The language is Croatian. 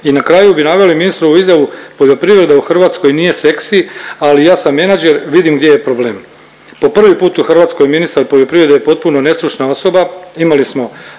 I na kraju bi naveli ministrovu izjavu „poljoprivreda u Hrvatskoj nije seksi, ali ja sam menadžer, vidim gdje je problem“. Po prvi put u Hrvatskoj ministar poljoprivrede je potpuno nestručna osoba, imali smo